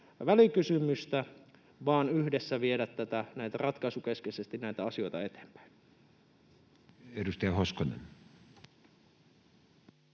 välikysymystä, vaan yhdessä viedä ratkaisukeskeisesti näitä asioita eteenpäin. Edustaja Hoskonen.